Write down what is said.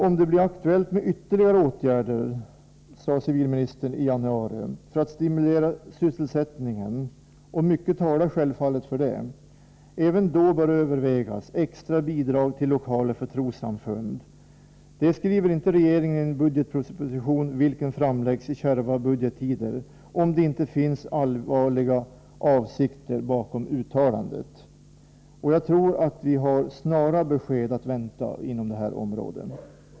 Om det blir aktuellt med ytterligare åtgärder, sade civilministern i januari, för att stimulera sysselsättningen — och mycket talar självfallet för det — bör även då övervägas extra bidrag till lokaler för trossamfund. Det skriver inte regeringen i en budgetproposition, vilken framläggs i kärva budgettider, om det inte finns allvarliga avsikter bakom uttalandet. Jag tror att vi har snara besked att vänta inom detta område.